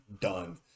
done